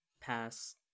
Pass